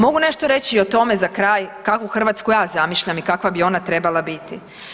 Mogu nešto reći i o tome za kraj kakvu Hrvatsku ja zamišljam i kakva bi ona trebala biti.